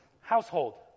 household